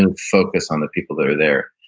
and focus on the people that are there,